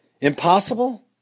Impossible